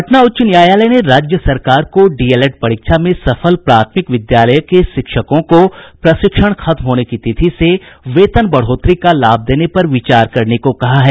पटना उच्च न्यायालय ने राज्य सरकार को डीएलएड परीक्षा में सफल प्राथमिक विद्यालय के शिक्षकों को प्रशिक्षण खत्म होने की तिथि से वेतन बढ़ोतरी का लाभ देने पर विचार करने को कहा है